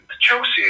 Chelsea